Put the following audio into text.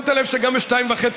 שמת לב שגם ב-02:30,